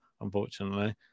unfortunately